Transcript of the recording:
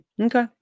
Okay